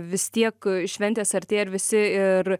vis tiek šventės artėja ir visi ir